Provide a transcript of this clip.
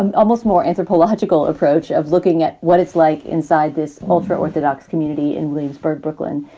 and almost more anthropological approach of looking at what it's like inside this ultra orthodox community in williamsburg, brooklyn.